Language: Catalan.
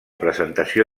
presentació